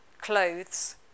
clothes